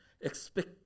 Expect